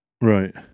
Right